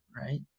right